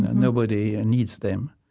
nobody and needs them.